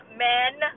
men